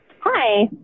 Hi